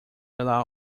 allow